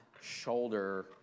shoulder